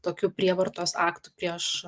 tokių prievartos aktų prieš